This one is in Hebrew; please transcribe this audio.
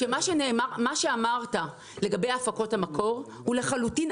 -- שמה שאמרת לגבי הפקות המקור הוא הפוך לחלוטין.